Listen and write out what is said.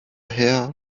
hair